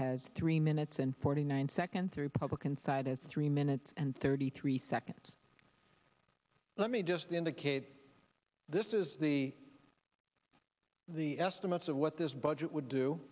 has three minutes and forty nine seconds to republican side it's three minutes and thirty three seconds let me just indicate this is the the estimates of what this budget would do